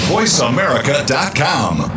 VoiceAmerica.com